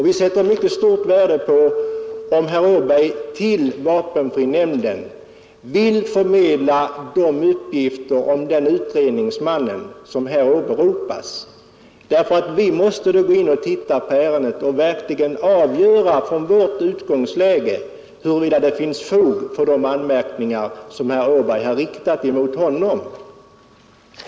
Vi sätter stort värde på om herr Åberg till vapenfrinämnden vill förmedla de uppgifter om den utredningsmannen som här åberopas, därför att då måste vi gå in och titta på ärendet och verkligen avgöra från vårt utgångsläge huruvida det finns fog för de anmärkningar som herr Åberg har riktat emot honom.